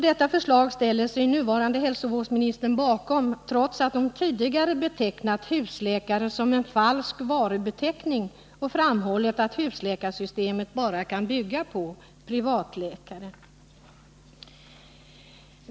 Detta förslag ställer sig alltså nuvarande hälsovårdsministern bakom, trots att hon tidigare ansett husläkare vara en falsk varubeteckning och framhållit att husläkarsystemet bara kan bygga på privatläkare.